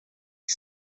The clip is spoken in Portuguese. que